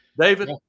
David